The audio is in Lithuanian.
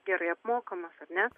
gerai apmokamas ar ne